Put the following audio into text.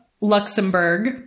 Luxembourg